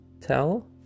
tell